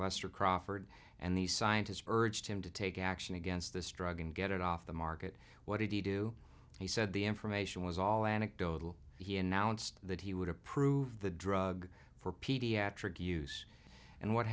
lester crawford and these scientists urged him to take action against this drug and get it off the market what did he do he said the information was all anecdotal he announced that he would approve the drug for pediatric use and what